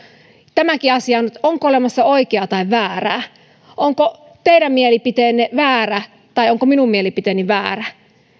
tämäkin asia että onko olemassa oikeaa tai väärää onko teidän mielipiteenne väärä tai onko minun mielipiteeni väärä